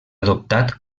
adoptat